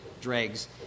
dregs